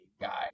guy